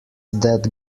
that